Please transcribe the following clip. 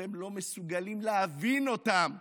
שאתם לא מסוגלים להבין אותם,